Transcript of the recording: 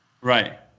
Right